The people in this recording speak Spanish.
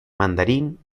mandarín